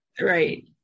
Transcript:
right